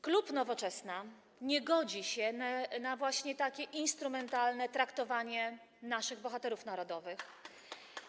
Klub Nowoczesna nie godzi się na takie właśnie instrumentalne traktowanie naszych bohaterów narodowych.